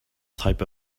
type